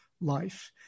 life